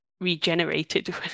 regenerated